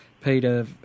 peter